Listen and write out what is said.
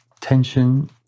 tension